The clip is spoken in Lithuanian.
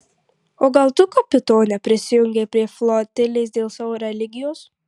o gal tu kapitone prisijungei prie flotilės dėl savo religijos